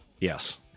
Yes